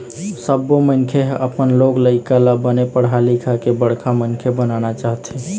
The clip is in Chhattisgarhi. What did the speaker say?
सब्बो मनखे ह अपन लोग लइका ल बने पढ़ा लिखा के बड़का मनखे बनाना चाहथे